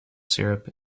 syrup